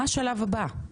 מה השלב הבא?